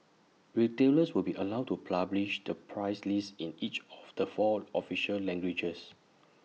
retailers will be allowed to publish the price list in each of the four official languages